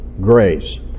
grace